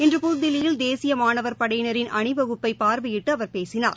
இன்று புதுதில்லியில் தேசிய மாணவர் படையினரின்அணிவகுப்பை பார்வையிட்டு அவர் பேசினார்